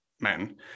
men